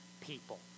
people